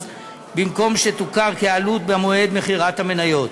במקום שתוכר כעלות במועד מכירת המניות.